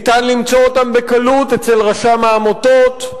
אפשר למצוא אותן בקלות אצל רשם העמותות.